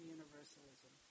Universalism